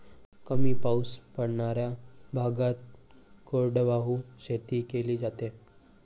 कमी पाऊस पडणाऱ्या भागात कोरडवाहू शेती केली जाते